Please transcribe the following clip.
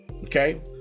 okay